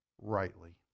rightly